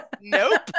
Nope